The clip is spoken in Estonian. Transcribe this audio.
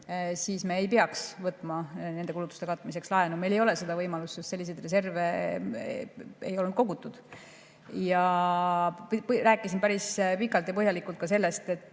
siis me ei peaks võtma nende kulutuste katmiseks laenu. Meil ei ole seda võimalust, sest selliseid reserve ei olnud kogutud. Ja ma rääkisin päris pikalt ja põhjalikult ka sellest, et